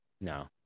No